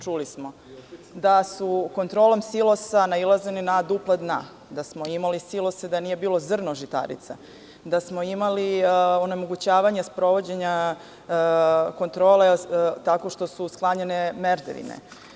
Čuli smo da se kontrolom silosa nailazilo na dupla dna, da smo imali silose da nije bilo zrno žitarica, da smo imali onemogućavanje sprovođenja kontrole tako što su sklanjane merdevine.